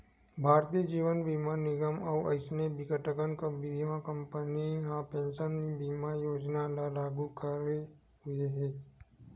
भारतीय जीवन बीमा निगन अउ अइसने बिकटकन बीमा कंपनी ह पेंसन बीमा योजना ल लागू करे हुए हे